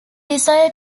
desire